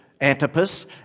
Antipas